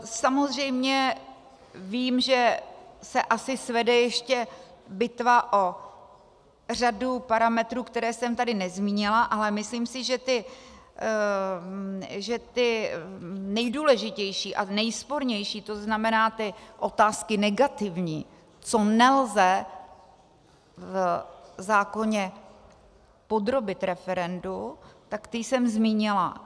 Samozřejmě vím, že se asi svede ještě bitva o řadu parametrů, které jsem tady nezmínila, ale myslím si, že ty nejdůležitější a nejspornější, to znamená ty otázky negativní, co nelze v zákoně podrobit referendu, tak ty jsem zmínila.